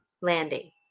landing